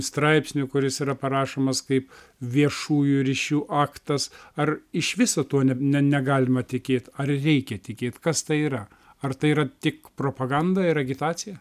straipsniu kuris yra parašomas kaip viešųjų ryšių aktas ar iš viso to negalima tikėt ar reikia tikėt kas tai yra ar tai yra tik propaganda ir agitacija